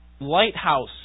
lighthouse